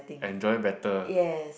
enjoy better